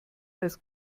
das